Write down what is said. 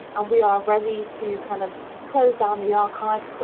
and we are ready to kind of close down the archive,